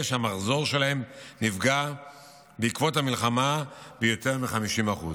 שהמחזור שלהם נפגע בעקבות המלחמה ביותר מ-50%.